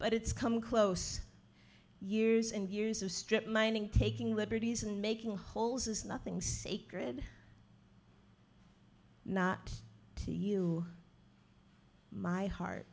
but it's come close years and years of strip mining taking liberties and making holes is nothing sacred not to you my heart